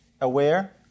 aware